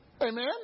Amen